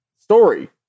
story